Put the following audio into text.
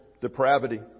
depravity